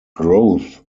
growth